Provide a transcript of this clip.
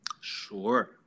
sure